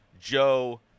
Joe